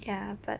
ya but